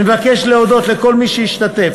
אני מבקש להודות לכל מי שהשתתף